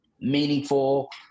meaningful